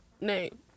name